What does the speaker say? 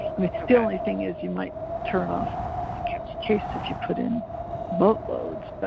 i mean, the only thing is you might turn off the cat's taste if you put in boatloads,